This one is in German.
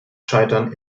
scheitern